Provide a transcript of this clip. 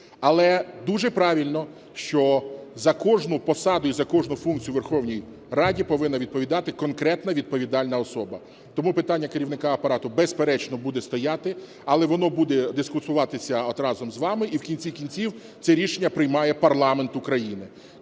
Але дуже правильно, що за кожну посаду і за кожну функцію у Верховній Раді повинна відповідати конкретна відповідальна особа. Тому питання Керівника Апарату, безперечно, буде стояти. Але воно буде дискутуватися от разом з вами, і в кінці кінців це рішення приймає парламент України.